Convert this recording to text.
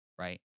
right